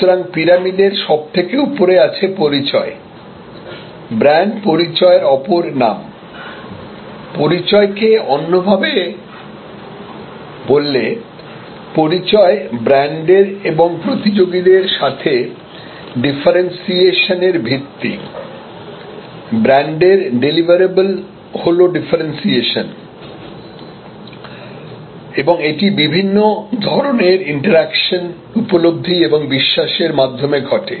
সুতরাং পিরামিডের সব থেকে উপরে আছে পরিচয় ব্র্যান্ড পরিচয়ের অপর নাম পরিচয়কে অন্য ভাবে বললে পরিচয় ব্র্যান্ডের এবং প্রতিযোগীদের সাথে ডিফারেন্সিয়েশন এর ভিত্তি ব্র্যান্ডের ডেলিভারেবল হল ডিফারেন্সিয়েশন এবং এটি বিভিন্ন ধরনের ইন্টারাকশন উপলব্ধি এবং বিশ্বাসের মাধ্যমে ঘটে